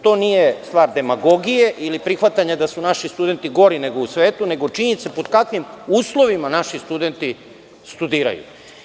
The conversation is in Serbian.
To nije stvar demagogije ili prihvatanja da su naši studenti gori nego u svetu, nego činjenice pod kakvim uslovima naši studenti studiraju.